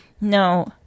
No